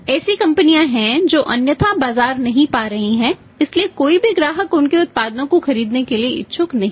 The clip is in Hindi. ऐसी कंपनियां हैं जो अन्यथा बाजार नहीं पा रही हैं इसलिए कोई भी ग्राहक उनके उत्पादों को खरीदने के लिए इच्छुक नहीं हैं